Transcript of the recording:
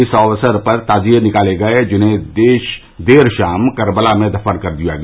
इस अवसर पर ताजिए निकाले गये जिन्हें देर शाम कर्बला में दफन कर दिया गया